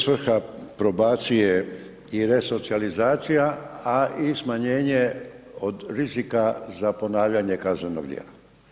svrha probacije i resocijalizacija, a i smanjenje od rizika za ponavljanja kaznenog djela.